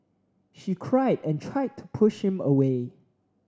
she cried and tried to push him away